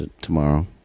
tomorrow